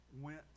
went